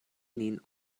nin